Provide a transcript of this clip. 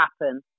happen